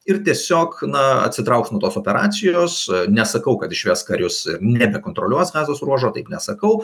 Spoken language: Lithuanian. ir tiesiog na atsitrauks nuo tos operacijos nesakau kad išves karius nebekontroliuos gazos ruožo taip nesakau